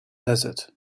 desert